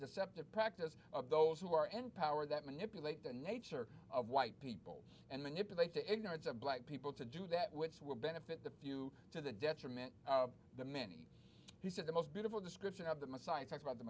deceptive practice of those who are in power that manipulate the nature of white people and manipulate the ignorance of black people to do that which will benefit the few to the detriment of the many he said the most beautiful description of the messiah talk about the